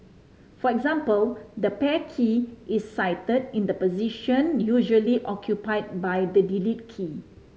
for example the Pair key is sited in the position usually occupied by the Delete key